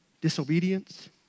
disobedience